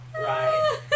right